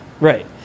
right